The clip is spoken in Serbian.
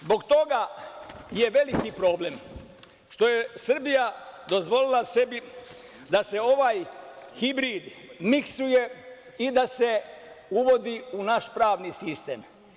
Zbog toga je veliki problem što je Srbija dozvolila sebi da se ovaj hibrid miksuje i da se uvodi u naš pravni sistem.